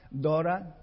Dora